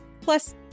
Plus